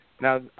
Now